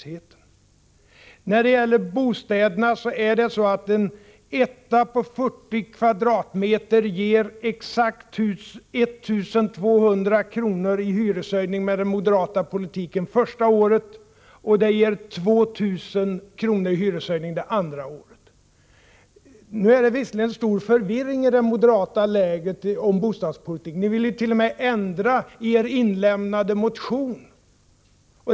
87 stimulera unga människor till initiativtagande och nytänkande När det gäller bostäderna är det så att för en etta på 40 m? ger den moderata politiken exakt 1 200 kr. i hyreshöjning det första året och 2 000 kr. i hyreshöjning det andra året. Det råder visserligen stor förvirring i det moderata lägret om bostadspolitiken. Ni ville t.o.m. ändra i er inlämnade motion.